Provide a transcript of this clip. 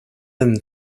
than